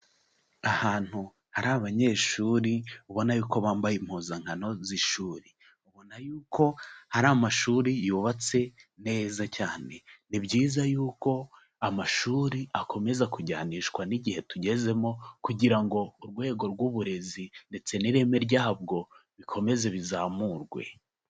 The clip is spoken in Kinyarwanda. Ahantu hari abanyeshuri ubona ko bambaye impuzankano z'ishuri, ubabona yuko hari amashuri yubatse neza cyane. Ni byiza yuko amashuri akomeza kujyanishwa n'igihe tugezemo kugira ngo urwego rw'uburezi ndetse n'ireme ryabwo bikomeze bizamurwe.